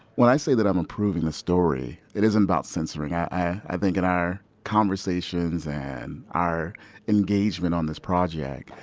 when i say that i'm approving the story, it isn't about censoring. i, i think in our conversations and our engagement on this project,